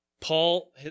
Paul